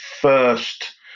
first